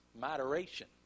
Moderation